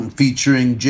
featuring